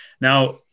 Now